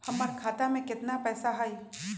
हमर खाता में केतना पैसा हई?